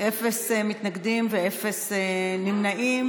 אפס מתנגדים ואפס נמנעים.